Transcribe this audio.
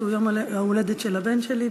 שהוא יום ההולדת של הבן שלי,